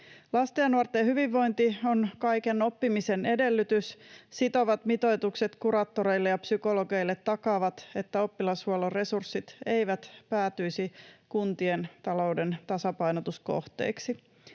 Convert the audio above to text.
Lasten ja nuorten hyvinvointi on kaiken oppimisen edellytys. Sitovat mitoitukset kuraattorille ja psykologeille takaavat, että oppilashuollon resurssit eivät päätyisi kuntien talouden tasapainotuskohteiksi.